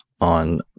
on